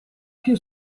più